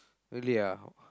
really ah